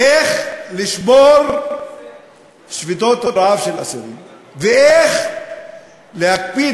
איך לשבור שביתות רעב של אסירים ואיך להקפיד